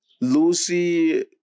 Lucy